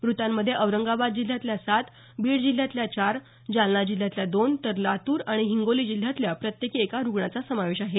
मृतांमध्ये औरंगाबाद जिल्ह्यातल्या सात बीड जिल्ह्यातल्या चार जालना जिल्ह्यातल्या दोन तर लातूर आणि हिंगोली जिल्ह्यातल्या प्रत्येकी एका रुग्णाचा समावेश आहे